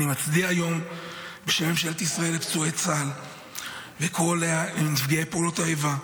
בשם ממשלת ישראל אני מצדיע היום לפצועי צה"ל ולכל נפגעי פעולות האיבה.